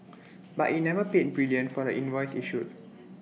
but IT never paid brilliant for the invoice issued